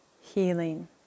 healing